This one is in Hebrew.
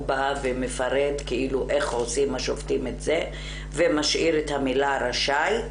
שמפרט איך עושים את זה השופטים ומשאיר את המילה רשאי,